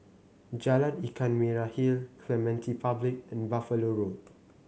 Jalan Ikan Merah Hill Clementi Public and Buffalo Road